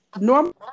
normal